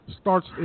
starts